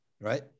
Right